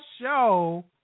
show